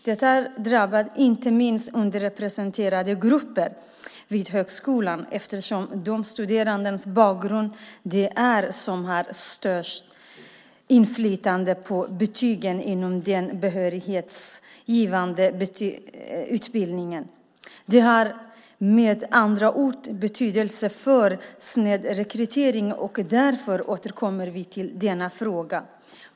Detta drabbar inte minst underrepresenterade grupper vid högskolan eftersom det är de studerandes bakgrund som har störst inflytande på betygen inom den behörighetsgivande utbildningen. Det har med andra ord betydelse för snedrekrytering, och där återkommer vi i denna fråga.